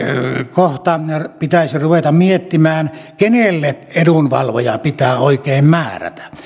kohta pitäisi ruveta miettimään kenelle edunvalvoja pitää oikein määrätä